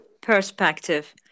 Perspective